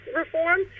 reform